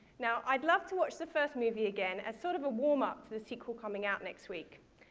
now i'd love to watch the first movie again as sort of a warm-up to the sequel coming out next week.